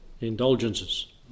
indulgences